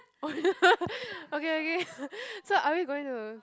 okay okay so are we going to